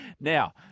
Now